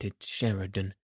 Sheridan